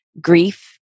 grief